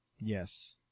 Yes